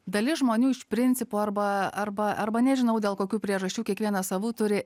dalis žmonių iš principo arba arba arba nežinau dėl kokių priežasčių kiekvienas savų turi